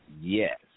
yes